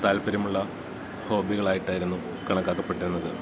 താല്പര്യമുള്ള ഹോബികളായിട്ടായിരുന്നു കണക്കാക്കപ്പെട്ടിരുന്നത്